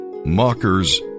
Mockers